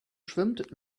schwimmt